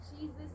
Jesus